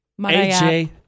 AJ